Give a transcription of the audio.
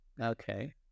Okay